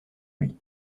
lui